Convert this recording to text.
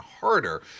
harder